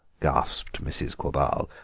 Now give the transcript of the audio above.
gasped mrs. quabarl.